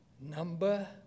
number